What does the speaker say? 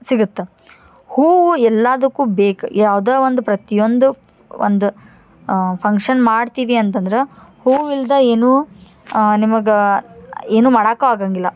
ಸಿಗತ್ತೆ ಹೂವು ಎಲ್ಲದಕ್ಕೂ ಬೇಕು ಯಾವ್ದು ಒಂದು ಪ್ರತಿಯೊಂದು ಒಂದು ಫಂಕ್ಷನ್ ಮಾಡ್ತೀವಿ ಅಂತಂದ್ರೆ ಹೂವು ಇಲ್ದೆ ಏನೂ ನಿಮಗೆ ಏನೂ ಮಾಡಕ್ಕೂ ಆಗಂಗಿಲ್ಲ